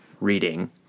reading